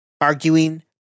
arguing